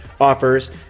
offers